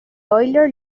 euler